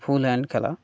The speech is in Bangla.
ফুল হ্যান্ড খেলা